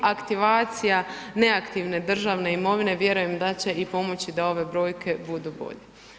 Aktivacija neaktivne državne imovine vjerujem da će i pomoći da ove brojke budu bolje.